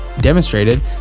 demonstrated